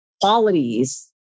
qualities